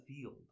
field